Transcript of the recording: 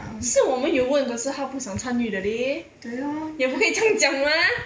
是我们有问可是她不想参与的 leh 也不可以这样讲 mah